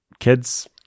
Kids